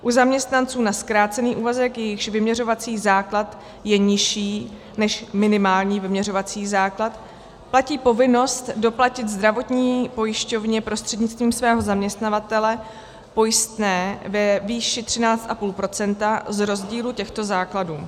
U zaměstnanců na zkrácený úvazek, jejichž vyměřovací základ je nižší než minimální vyměřovací základ, platí povinnost doplatit zdravotní pojišťovně prostřednictvím svého zaměstnavatele pojistné ve výši 13,5 % z rozdílu těchto základů.